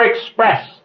express